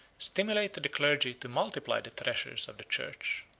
stimulated the clergy to multiply the treasures of the church.